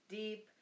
deep